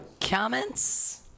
Comments